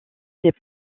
des